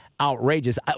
outrageous